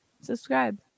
subscribe